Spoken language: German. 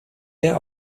der